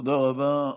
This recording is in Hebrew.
תודה רבה.